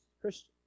Christian